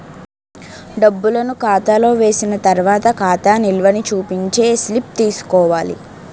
డబ్బులను ఖాతాలో వేసిన తర్వాత ఖాతా నిల్వని చూపించే స్లిప్ తీసుకోవాలి